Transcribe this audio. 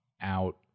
out